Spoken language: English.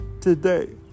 today